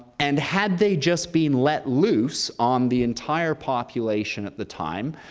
and had they just been let loose on the entire population at the time,